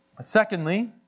Secondly